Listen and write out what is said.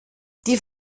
die